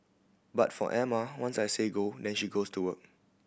but for Emma once I say go then she goes to work